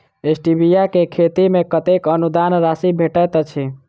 Stevia केँ खेती मे कतेक अनुदान राशि भेटैत अछि?